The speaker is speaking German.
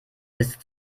ist